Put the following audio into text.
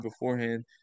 beforehand